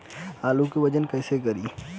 आलू के वजन कैसे करी?